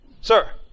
sir